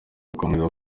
gukomeza